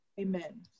Amen